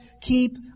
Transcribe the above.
keep